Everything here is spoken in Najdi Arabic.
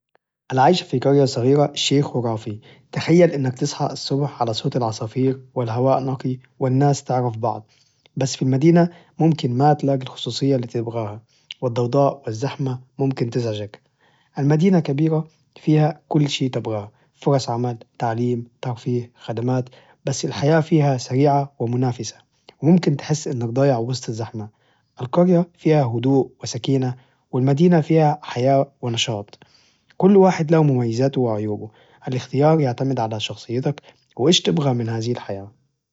العيش في قرية صغيرة شيء خرافي، تخيل إنك تصحى الصبح على صوت العصافير والهواء نقي والناس تعرف بعض، بس في المدينة ممكن ما تلاقي الخصوصية إللي تبغاها والضوضاء والزحمة ممكن تزعجك، المدينة كبيرة فيها كل شيء تبغاه فرص عمل، تعليم، ترفيه، خدمات، بس الحياة فيها سريعة ومنافسة ممكن تحس إنك ضايع وسط الزحمة، القرية فيها هدوء وسكينة، والمدينة فيها حياة ونشاط، كل واحد له مميزاته وعيوبه، الاختيار يعتمد على شخصيتك، وماذا تريد من هذه الحياة؟.